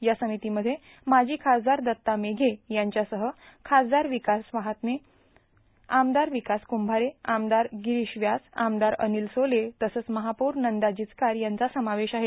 या समितीमध्ये माजी खासदार दत्ता मेघे यांच्यासह खासदार विकास महात्मे आमदार विकास कुंभारे आमदार गिरीश व्यास आमदार अनिल सोले तसंच महापौर नंदा जिचकार यांचा समावेश आहे